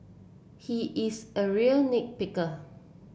he is a real nit picker